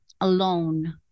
alone